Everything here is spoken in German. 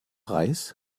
reis